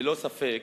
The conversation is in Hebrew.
ללא ספק,